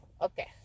Okay